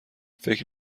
فکر